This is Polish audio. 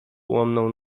ułomną